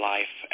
Life